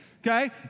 okay